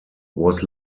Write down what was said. was